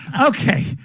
Okay